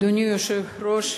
אדוני היושב-ראש,